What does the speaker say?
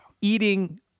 eating